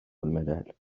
الملل